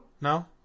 No